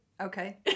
okay